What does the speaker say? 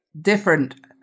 different